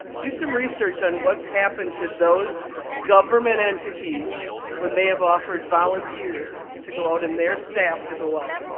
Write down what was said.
do some research on what's happened to those government entities when they have offered volunteers to go out and their staff to go out.